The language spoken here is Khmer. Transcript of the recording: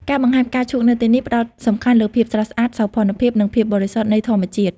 ការបង្ហាញផ្កាឈូកនៅទីនេះផ្តោតសំខាន់លើ ភាពស្រស់ស្អាត សោភ័ណភាព និងភាពបរិសុទ្ធ នៃធម្មជាតិ។